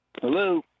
Hello